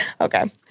Okay